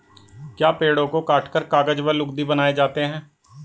क्या पेड़ों को काटकर कागज व लुगदी बनाए जाते हैं?